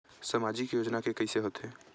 सामाजिक योजना के कइसे होथे?